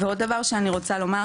ועוד דבר שאני רוצה לומר,